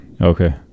okay